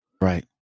Right